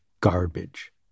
garbage